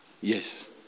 Yes